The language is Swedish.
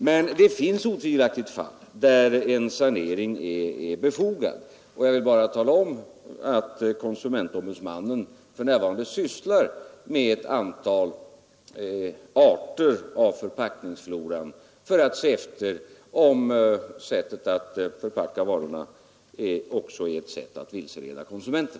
Men det finns otvivelaktigt fall där en sanering är befogad. Och jag vill bara tala om att konsumentombudsmannen för närvarande sysslar med ett antal arter av förpackningsfloran för att se efter om sättet att förpacka varorna också är ett sätt att vilseleda konsumenten.